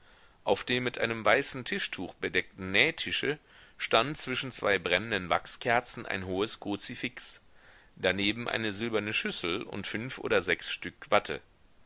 auf dem mit einem weißen tischtuch bedeckten nähtische stand zwischen zwei brennenden wachskerzen ein hohes kruzifix daneben eine silberne schüssel und fünf oder sechs stück watte